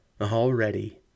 Already